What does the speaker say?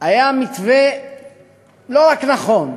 היה לא רק נכון,